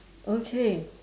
okay